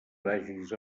vagis